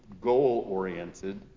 goal-oriented